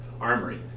armory